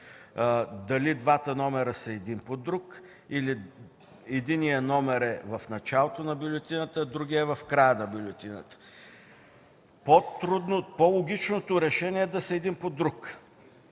дали двата номера са един под друг, или единият номер е в началото на бюлетината, а другият е в края на бюлетината. По-логичното решение е да са един под друг.